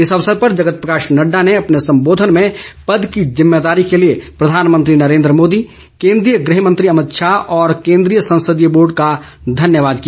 इस अवसर पर जगत प्रकाश नड़डा ने अपने संबोधन में पद की जिम्मेदारी के लिए प्रधानमंत्री नरेन्द्र मोदी केंद्रीय गृह मंत्री अभितशाह और केंद्रीय संसदीय बोर्ड का धन्यवाद किया